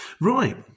Right